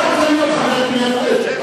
השר ארדן, אתה מלמד אותה מי זה בר-און?